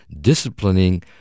disciplining